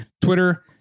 Twitter